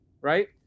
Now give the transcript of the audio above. right